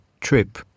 trip